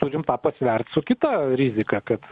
turim tą pasvert su kita rizika kad